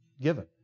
given